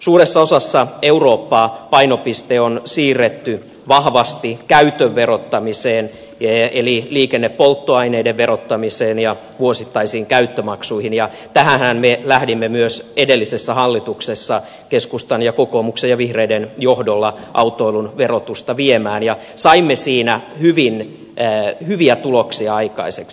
suuressa osassa eurooppaa painopiste on siirretty vahvasti käytön verottamiseen eli liikennepolttoaineiden verottamiseen ja vuosittaisiin käyttömaksuihin ja tähänhän me lähdimme myös edellisessä hallituksessa keskustan kokoomuksen ja vihreiden johdolla autoilun verotusta viemään ja saimme siinä hyvin hyviä tuloksia aikaiseksi